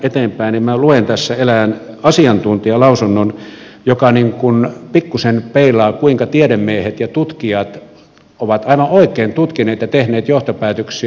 minä luen tässä erään asiantuntijalausunnon joka niin kuin pikkuisen peilaa kuinka tiedemiehet ja tutkijat ovat aivan oikein tutkineet ja tehneet johtopäätöksiä